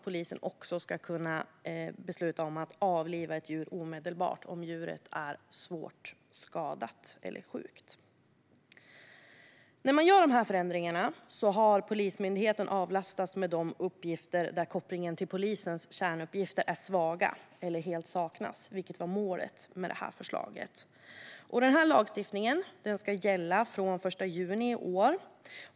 Polisen ska även kunna besluta om att avliva ett djur omedelbart om det är svårt skadat eller sjukt. Med dessa förändringar avlastas Polismyndigheten de uppgifter där kopplingen till polisens kärnuppgifter är svag eller helt saknas, vilket var målet med förslaget. Lagstiftningen ska gälla från den 1 juni i år.